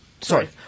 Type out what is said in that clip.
sorry